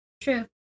true